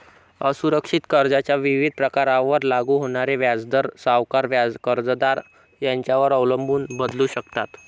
असुरक्षित कर्जाच्या विविध प्रकारांवर लागू होणारे व्याजदर सावकार, कर्जदार यांच्यावर अवलंबून बदलू शकतात